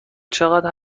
چقدر